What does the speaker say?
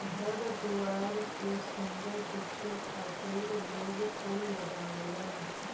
घर दुआर के सुंदर दिखे खातिर लोग फूल लगावलन